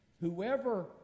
whoever